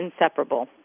inseparable